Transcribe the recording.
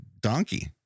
donkey